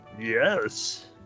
Yes